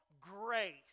grace